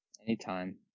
Anytime